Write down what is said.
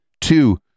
two